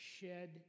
shed